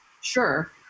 sure